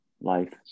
life